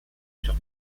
sur